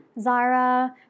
Zara